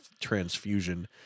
transfusion